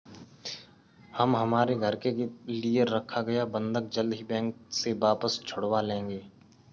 हम हमारे घर के लिए रखा गया बंधक जल्द ही बैंक से वापस छुड़वा लेंगे